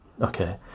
okay